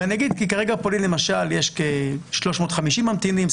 כרגע בפולין למשל יש כ-350 ממתינים,